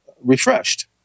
refreshed